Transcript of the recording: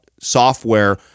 software